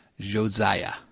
Josiah